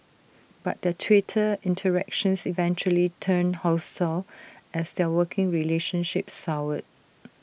but their Twitter interactions eventually turned hostile as their working relationship soured